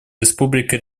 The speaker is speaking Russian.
республика